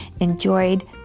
enjoyed